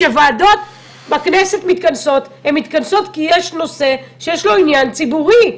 כשוועדות בכנסת מתכנסות הן מתכנסות כי יש נושא שיש לו עניין ציבורי.